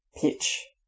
pitch